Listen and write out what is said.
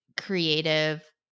creative